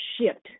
shift